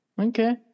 Okay